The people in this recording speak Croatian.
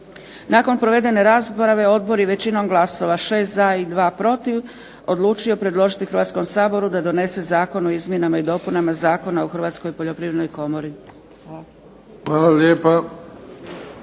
Nakon provedene rasprave odbor je većinom glasova 6 za, i 2 protiv odlučio predložiti Hrvatskom saboru da donese Zakon o izmjenama i dopunama Zakona o Hrvatskoj poljoprivrednoj komori.